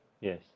yes